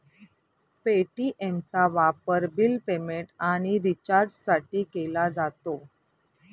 पे.टी.एमचा वापर bill payment आणि रिचार्जसाठी केला जातो